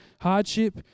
hardship